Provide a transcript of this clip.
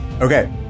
Okay